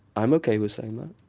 i'm okay with saying that.